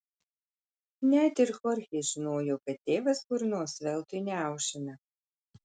net ir chorchė žinojo kad tėvas burnos veltui neaušina